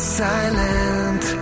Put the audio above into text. silent